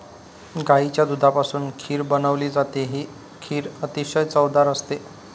गाईच्या दुधापासून खीर बनवली जाते, ही खीर अतिशय चवदार असते